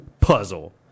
puzzle